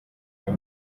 uyu